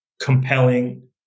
compelling